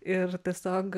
ir tiesiog